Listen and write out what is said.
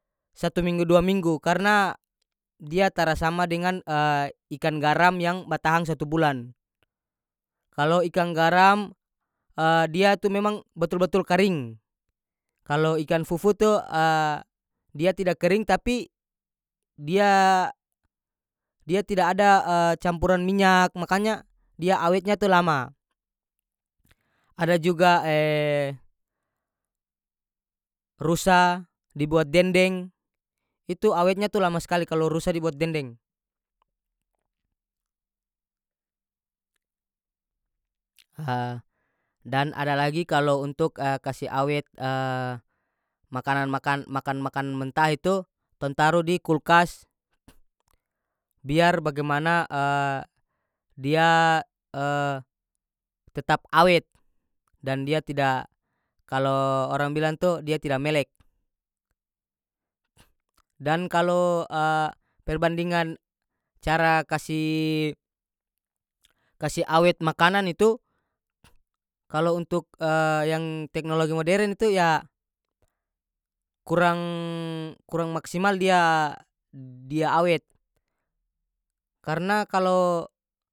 Satu minggu dua minggu karena dia tara sama dengan ikan garam yang batahan satu bulan kalo ikang garam dia tu memang batul-batul karing kalo ikan fufu tu dia tida kering tapi dia- dia tida ada campuran minyak makanya dia awetnya tu lama adajuga rusa dibuat dendeng itu awetnya tu lama skali kalo rusa dibuat dendeng dan ada lagi kalo untuk kase awet makanan makan makan-makan mentah itu tong taru di kulkas biar bagemana dia tetap awet dan dia tida kalo orang bilang tu dia tida melek dan kalo perbandingan cara kasi- kasi awet makanan itu kalo untuk yang teknologi moderen itu ya kurang- kurang maksimal dia d- dia awet karena kalo.